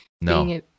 no